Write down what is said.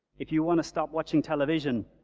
if you want to stop watching television,